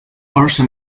orson